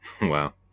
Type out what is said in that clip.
Wow